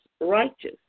righteous